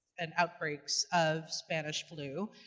and outbreaks of spanish flu,